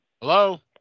Hello